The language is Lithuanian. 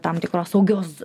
tam tikros saugios